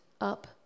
up